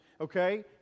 Okay